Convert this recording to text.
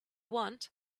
want